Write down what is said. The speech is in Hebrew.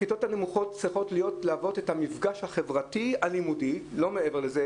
הכיתות הנמוכות צריכות להוות את המפגש החברתי הלימודי ולא מעבר לזה.